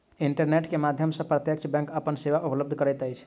internet के माध्यम सॅ प्रत्यक्ष बैंक अपन सेवा उपलब्ध करैत अछि